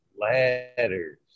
ladders